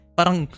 Parang